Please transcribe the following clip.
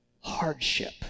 hardship